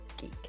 geek